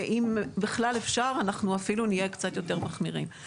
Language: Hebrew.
ואם בכלל אפשר אנחנו אפילו נהיה קצת יותר מחמירים.